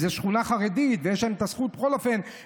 זאת שכונה חרדית, ויש להם זכות להרגיש